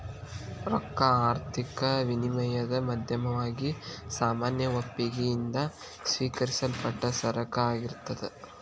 ರೊಕ್ಕಾ ಆರ್ಥಿಕ ವಿನಿಮಯದ್ ಮಾಧ್ಯಮವಾಗಿ ಸಾಮಾನ್ಯ ಒಪ್ಪಿಗಿ ಯಿಂದ ಸ್ವೇಕರಿಸಲ್ಪಟ್ಟ ಸರಕ ಆಗಿರ್ತದ್